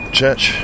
church